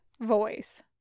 voice